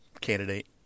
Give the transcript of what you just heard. candidate